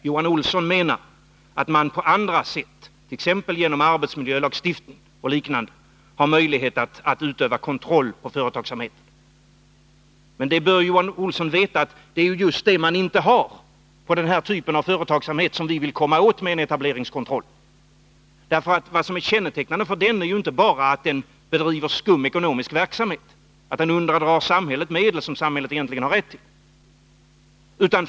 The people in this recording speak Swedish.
Johan Olsson menar att man på andra sätt, t.ex. genom arbetsmiljölagstiftning och liknande, har möjlighet att utöva kontroll över företagsamheten. Johan Olsson bör veta att det är just det man inte har när det gäller den typ av företagsamhet som vi vill komma åt med en etableringskontroll. Vad som är kännetecknande för den är ju inte bara att den bedriver skum ekonomisk verksamhet och undandrar samhället medel som samhället egentligen har rätt till.